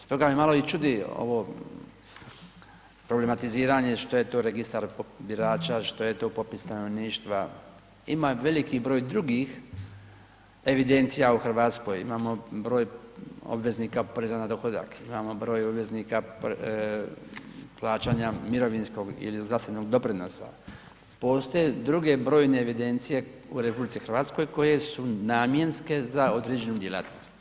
Stoga me malo i čudi ovo problematiziranje što je to Registar birača, što je to popis stanovništva, ima veliki broj i drugih evidencija u RH, imamo broj obveznika poreza na dohodak, imamo broj obveznika plaćanja mirovinskog ili zdravstvenog doprinosa, postoje druge brojne evidencije u RH koje su namjenske za određenu djelatnost.